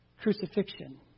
crucifixion